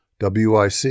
WIC